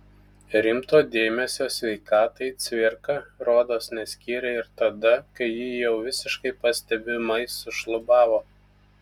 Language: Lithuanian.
rimto dėmesio sveikatai cvirka rodos neskyrė ir tada kai ji jau visiškai pastebimai sušlubavo